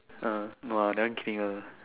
uh no lah that one King ah